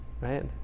right